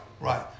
right